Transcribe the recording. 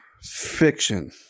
Fiction